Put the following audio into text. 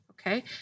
Okay